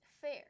Fair